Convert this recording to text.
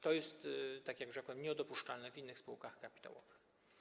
To jest, tak jak rzekłem, niedopuszczalne w innych spółkach kapitałowych.